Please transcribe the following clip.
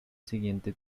siguiente